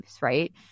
right